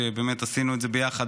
שבאמת עשינו את זה ביחד,